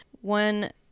One